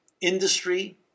industry